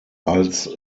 als